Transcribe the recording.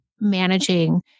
managing